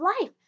life